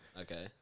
Okay